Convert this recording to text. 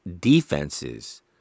defenses